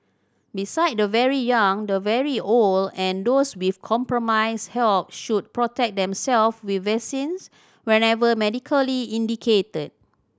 beside the very young the very old and those with compromised health should protect themselves with vaccines whenever medically indicated